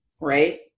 right